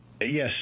yes